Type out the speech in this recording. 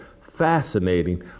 fascinating